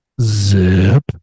zip